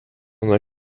nuo